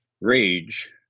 rage